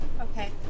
Okay